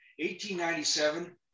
1897